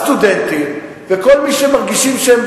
הסטודנטים וכל מי שמרגישים נפגעים,